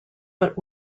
but